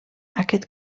aquest